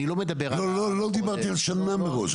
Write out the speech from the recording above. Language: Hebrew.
אני לא מדבר על --- לא, לא דיברתי על שנה מראש.